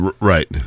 Right